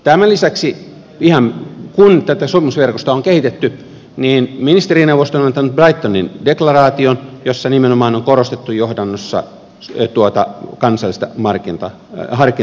tämän lisäksi kun tätä sopimusverkostoa on kehitetty ministerineuvosto on antanut brightonin deklaraation jossa nimenomaan on korostettu johdannossa tuota kansallista harkintamarginaalia